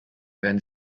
werden